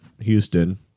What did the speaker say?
Houston